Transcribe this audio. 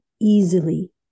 easily